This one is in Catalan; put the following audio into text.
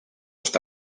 està